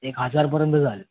एक हजारपर्यंत जाईल